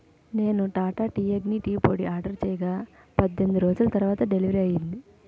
నేను Tata tea Agni tea పొడి order చేయగా పద్దెనిమిది రోజుల తరువాత డెలివరీ అయ్యింది